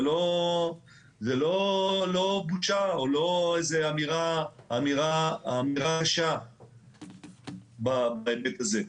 וזה לא בושה או לא איזה אמירה קשה בהיבט הזה.